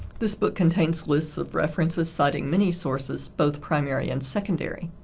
this book contains lists of references citing many sources, both primary and secondary.